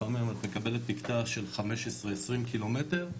לפעמים את מקבלת מקטע של 15-20 קילומטר,